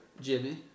Jimmy